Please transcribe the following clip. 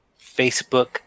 Facebook